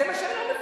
כי להם דואגים.